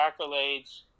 accolades